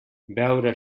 beure